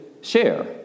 Share